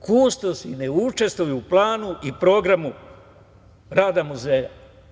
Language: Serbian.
Kustosi ne učestvuju u planu i programu rada muzeja.